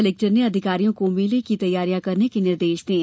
collector ने अधिकारियों को मेले की तैयारिया करने के निर्देश दिये